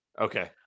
Okay